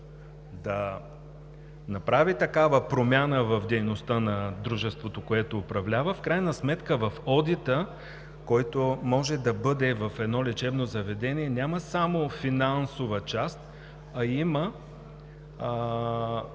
да направи промяна в дейността на дружеството, което управлява, в крайна сметка в одита, който може да бъде в едно лечебно заведение, няма само финансова част, а има